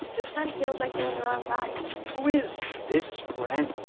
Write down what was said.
this friend feels like they're in the wrong body. who is this friend?